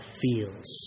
feels